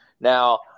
Now